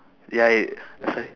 ya it uh sorry